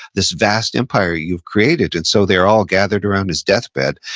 this vast empire you've created? and so, they're all gathered around his deathbed,